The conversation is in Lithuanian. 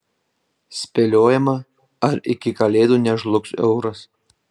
spėliojama ar iki kalėdų nežlugs euras